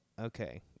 Okay